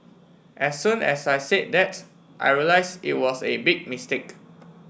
as soon as I said that's I realised it was a big mistake